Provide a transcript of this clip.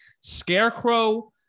Scarecrow